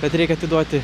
kad reik atiduoti